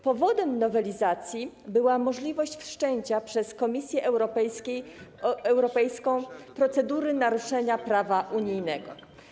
Powodem nowelizacji była możliwość wszczęcia przez Komisję Europejską procedury naruszenia prawa unijnego.